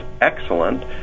excellent